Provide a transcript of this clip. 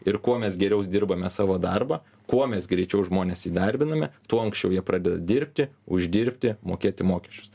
ir kuo mes geriau dirbame savo darbą kuo mes greičiau žmones įdarbiname tuo anksčiau jie pradeda dirbti uždirbti mokėti mokesčius